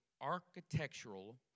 architectural